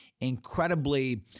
incredibly